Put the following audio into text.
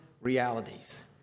realities